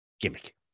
gimmick